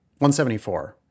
174